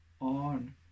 on